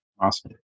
Awesome